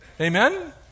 Amen